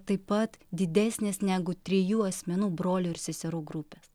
taip pat didesnės negu trijų asmenų brolių ir seserų grupės